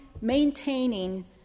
maintaining